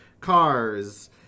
cars